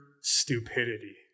stupidity